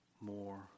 more